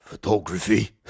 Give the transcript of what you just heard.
photography